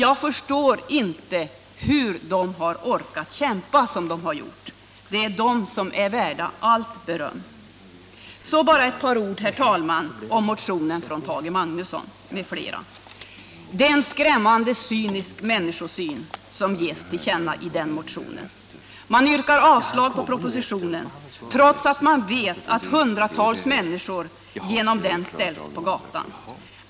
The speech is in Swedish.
Jag förstår inte hur de har orkat kämpa såsom de har gjort. Det är de som är värda allt beröm. Så bara ett par ord, herr talman, om motionen från Tage Magnusson m.fl. Det är en skrämmande cynisk människosyn som ges till känna i den motionen. Man yrkar avslag på propositionen, trots att man vet att hundratals människor härigenom ställs på gatan.